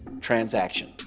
transaction